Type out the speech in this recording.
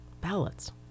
ballots